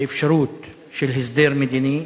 באפשרות של הסדר מדיני.